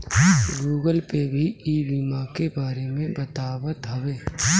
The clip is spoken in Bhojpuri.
गूगल पे भी ई बीमा के बारे में बतावत हवे